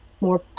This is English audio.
more